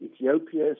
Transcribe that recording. Ethiopia